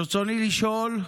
רצוני לשאול: